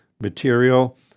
material